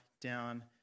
down